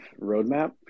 roadmap